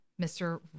Mr